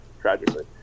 tragically